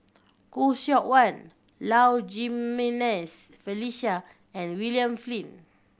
Khoo Seok Wan Low Jimenez Felicia and William Flint